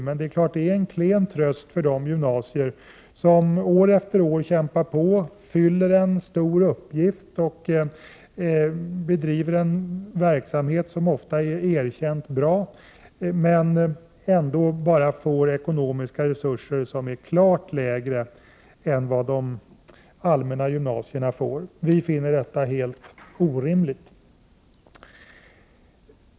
Men det är naturligtvis en klen tröst för de gymnasier som år efter år kämpar på, fyller en stor uppgift och bedriver en verksamhet som ofta är erkänt bra men ändå får ekonomiska resurser som är klart mindre än de som de allmänna gymnasierna får. Vi finner detta helt orimligt.